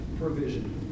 provision